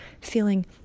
feeling